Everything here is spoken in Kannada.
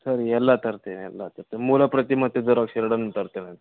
ಸರಿ ಎಲ್ಲ ತರ್ತೀನಿ ಎಲ್ಲ ತರ್ತೀನಿ ಮೂಲ ಪ್ರತಿ ಮತ್ತು ಜೆರಾಕ್ಸ್ ಎರಡನ್ನು ತರ್ತೇನಂತೆ